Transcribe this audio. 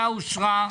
אושרה.